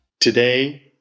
today